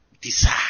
Desire